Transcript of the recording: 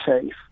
safe